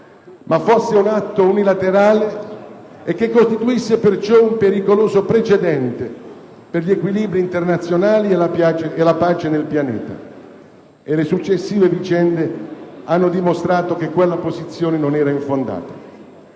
ma fosse un atto unilaterale e che costituisse perciò un pericoloso precedente per gli equilibri internazionali e la pace nel pianeta. Le successive vicende hanno dimostrato che quella posizione non era infondata.